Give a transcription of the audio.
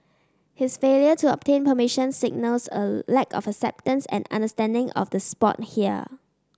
his failure to obtain permission signals a lack of acceptance and understanding of the sport here